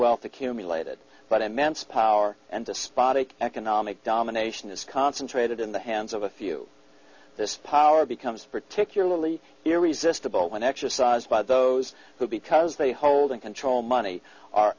wealth accumulated but immense power and despotic economic domination is concentrated in the hands of a few this power becomes particularly irresistible when exercised by those who because they hold in control money are